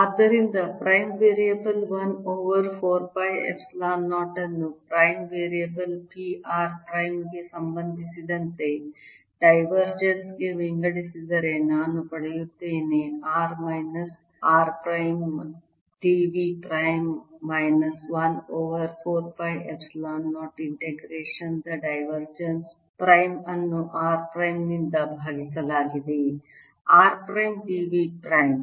ಆದ್ದರಿಂದ prime variable 1 over 4 pi epsilon 0 ಅನ್ನು prime variable p r prime ಗೆ ಸಂಬಂಧಿಸಿದಂತೆ ಡೈವರ್ಜೆನ್ಸ್ ಗೆ ವಿಂಗಡಿಸಿದರೆ ನಾನು ಪಡೆಯುತ್ತೇನೆ r minus 9minus r prime d v prime minus 1 over 4 pi epsilon 0 integration the divergence prime ಅನ್ನು r ಮೈನಸ್ನಿಂದ ಭಾಗಿಸಲಾಗಿದೆ r prime d v prime